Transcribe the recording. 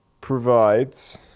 provides